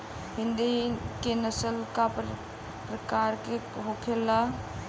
हिंदी की नस्ल का प्रकार के होखे ला?